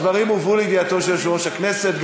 הדברים הובאו לידיעתו של יושב-ראש הכנסת.